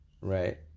right